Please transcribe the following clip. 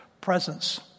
presence